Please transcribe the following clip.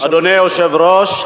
אדוני היושב-ראש,